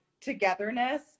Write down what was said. togetherness